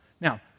Now